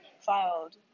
filed